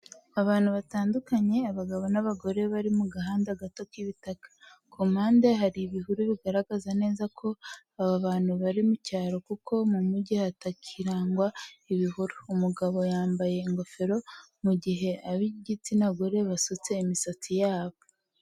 Abantu batandukanye abagabo n'abagore bari mu gahanda gato k'ibitaka. Ku mpande hari ibihuru bigaragaza neza ko aba bantu bari mu cyaro kuko mu mujyi hatakirangwa ibihuru. Umugabo yambaye ingofero mu gihe ab'igitsina gore basutse imisatsi yabo.